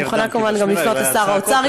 אני מוכנה כמובן לפנות לשר האוצר,